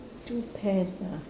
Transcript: two pears ah